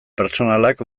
pertsonalak